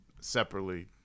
separately